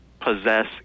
possess